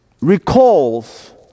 recalls